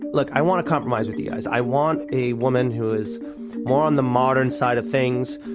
look, i wanna compromise with you guys. i want a woman who is more on the modern side of things.